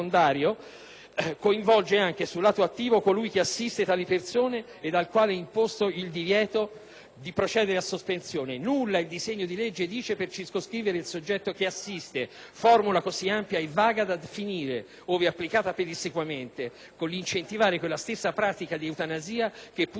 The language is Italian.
legge, coinvolge anche, sul lato "attivo", colui che "assiste" tali persone ed al quale è imposto il divieto di procedere a sospensione. Nulla il disegno di legge dice per circoscrivere il soggetto che "assiste": formula così ampia e vaga da finire, ove applicata pedissequamente, con l'incentivare quella stessa pratica eutanasica che pure si dice di voler assolutamente